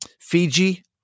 Fiji